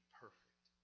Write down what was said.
perfect